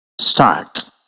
Start